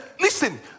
listen